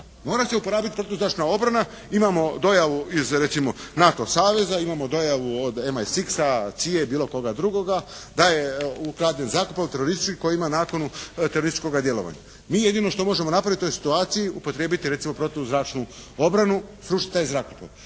Mora se uporabiti protuzračna obrana, imamo dojavu iz recimo NATO saveza, imamo dojavu od MISX-a, CIA-e, bilo koga drugoga da je ukraden zrakoplov teroristički koji ima nakanu terorističkoga djelovanja. Mi jedino što možemo napraviti u toj situaciji upotrijebiti recimo protuzračnu obranu, srušiti taj zrakoplov.